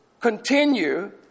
continue